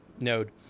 node